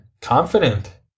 confident